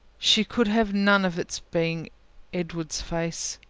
she could have none of its being edward's face.